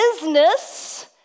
Business